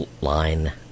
line